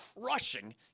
crushing